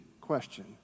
question